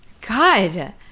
God